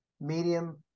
medium